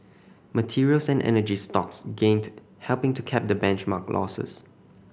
materials and energy stocks gained helping to cap the benchmark losses